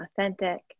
authentic